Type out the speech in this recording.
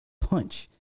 punch